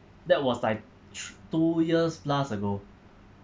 that was like t~ two years plus ago